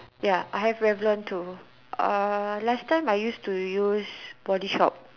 ya I have Revlon too uh last time I used to use body shop